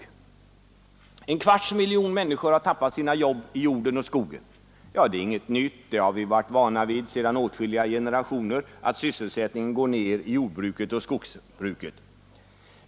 En kvarts miljon människor har förlorat sina jobb i jorden och skogen. Ja, det är inget nytt — vi har sedan åtskilliga generationer varit vana vid att sysselsättningen går ned i jordbruket och skogsbruket.